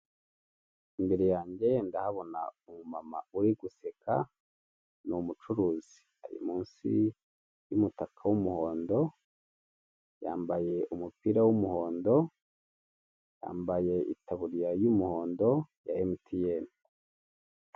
Umukozi ukorera sosiyete yitwa vuba vuba, ari kugeza ku muguzi ibicuruzwa yashakaga kandi urabonako bishimye bombi , yaryohewe na serivise yahawe nziza kandi ikeye.